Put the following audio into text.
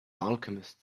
alchemist